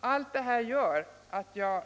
Allt detta gör att jag